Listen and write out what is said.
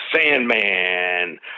Sandman